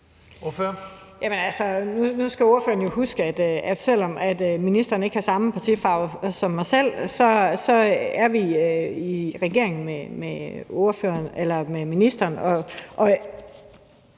Nu skal spørgeren jo huske, at selv om ministeren ikke har samme partifarve som jeg selv, er Socialdemokratiet i regering med ministeren.